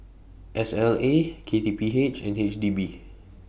S L A K T P H and H D B